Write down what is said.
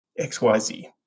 XYZ